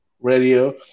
Radio